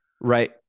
right